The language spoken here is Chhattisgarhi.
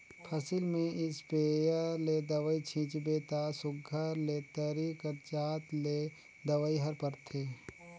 फसिल में इस्पेयर ले दवई छींचबे ता सुग्घर ले तरी कर जात ले दवई हर परथे